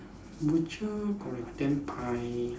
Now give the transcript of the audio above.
butcher correct then pri~